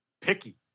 picky